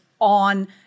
on